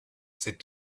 said